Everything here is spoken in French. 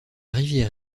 rivière